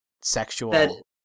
sexual